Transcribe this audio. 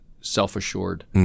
self-assured